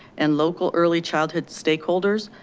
and local early childhood stakeholders,